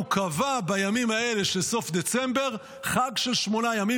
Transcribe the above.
הוא קבע בימים האלה של סוף דצמבר חג של שמונה ימים,